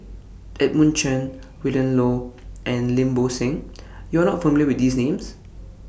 Edmund Chen Willin Low and Lim Bo Seng YOU Are not familiar with These Names